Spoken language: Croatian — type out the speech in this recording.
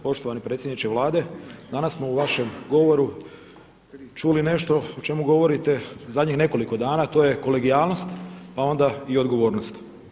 Poštovani predsjedniče Vlade, danas smo u vašem govoru čuli nešto o čemu govorite zadnjih nekoliko dana a to je kolegijalnost pa onda i odgovornost.